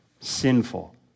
sinful